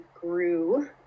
grew